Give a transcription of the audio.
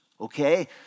okay